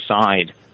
side